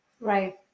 Right